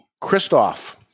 Christoph